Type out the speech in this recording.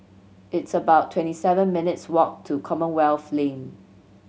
it's about twenty seven minutes' walk to Commonwealth Lane